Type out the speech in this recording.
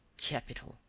capital!